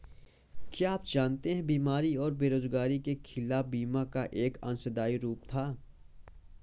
क्या आप जानते है बीमारी और बेरोजगारी के खिलाफ बीमा का एक अंशदायी रूप था?